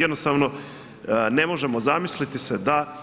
Jednostavno ne možemo zamisliti se da